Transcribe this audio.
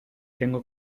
tengo